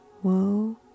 Whoa